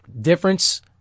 difference